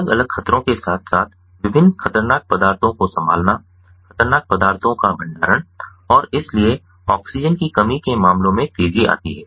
अलग अलग खतरों के साथ साथ विभिन्न खतरनाक पदार्थों को संभालना खतरनाक पदार्थों का भंडारण और इसलिए ऑक्सीजन की कमी के मामलों में तेजी आती है